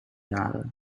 jaren